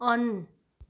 on